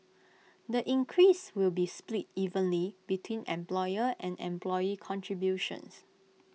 the increase will be split evenly between employer and employee contributions